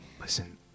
Listen